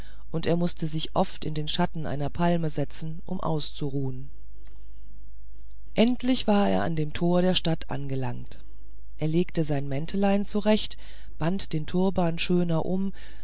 und er mußte sich oft in den schatten einer palme setzen um auszuruhen endlich war er an dem tor der stadt angelangt er legte sein mäntelein zurecht band den turban schöner um